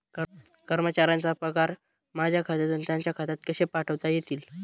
कर्मचाऱ्यांचे पगार माझ्या खात्यातून त्यांच्या खात्यात कसे पाठवता येतील?